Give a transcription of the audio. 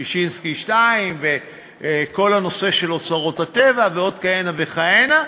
ששינסקי 2 וכל הנושא של אוצרות הטבע ועוד כהנה וכהנה,